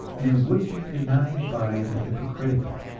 and would be denied by the hypocritical.